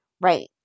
Right